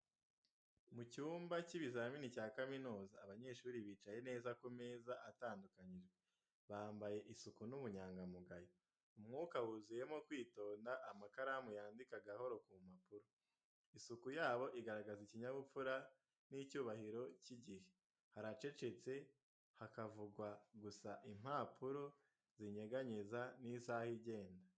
Mu cyumba cy'ibizamini cya kaminuza, abanyeshuri bicaye neza ku meza atandukanyijwe, bambaye isuku n’ubunyangamugayo. Umwuka wuzuyemo kwitonda, amakaramu yandika gahoro ku mpapuro. Isuku yabo igaragaza ikinyabupfura n’icyubahiro cy’iki gihe. Haracecetse, hakavugwa gusa impapuro zinyeganyeza n’isaha igenda.